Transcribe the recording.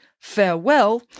farewell